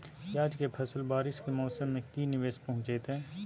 प्याज के फसल बारिस के मौसम में की निवेस पहुचैताई?